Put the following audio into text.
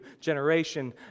generation